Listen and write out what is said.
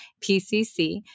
PCC